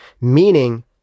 Meaning